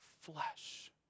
flesh